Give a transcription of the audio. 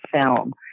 film